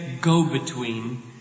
go-between